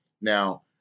Now